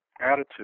attitude